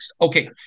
Okay